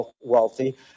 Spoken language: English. wealthy